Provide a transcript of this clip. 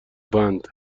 بند